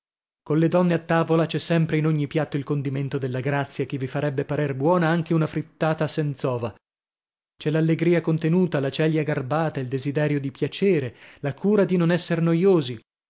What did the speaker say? legnate colle donne a tavola c'è sempre in ogni piatto il condimento della grazia che vi farebbe parer buona anche una frittata senz'ova c'è l'allegria contenuta la celia garbata il desiderio di piacere la cura di non esser noiosi